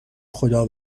خدا